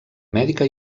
mèdica